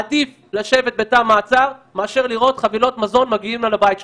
עדיף לשבת בתא מעצר מאשר לראות חבילות מזון מגיעות לבית שלך.